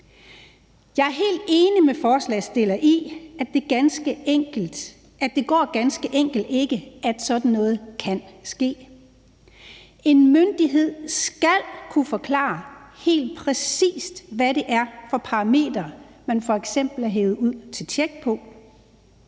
Jeg er helt enig med forslagsstillerne i, at det ganske enkelt ikke går, at sådan noget kan ske. En myndighed skal kunne forklare helt præcist, hvad det er for parametre, man f.eks. er hevet ud til tjek på,